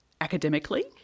academically